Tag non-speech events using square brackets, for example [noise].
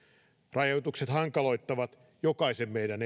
rajoitukset hankaloittavat meidän [unintelligible]